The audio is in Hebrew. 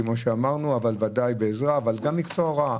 אבל גם מקצוע הוראה.